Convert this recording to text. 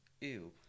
ew